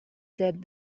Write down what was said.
said